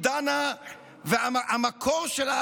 המקור שלה,